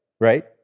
right